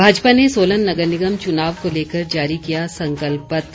भाजपा ने सोलन नगर निगम चुनाव को लेकर जारी किया संकल्प पत्र